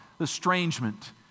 estrangement